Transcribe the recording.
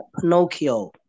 Pinocchio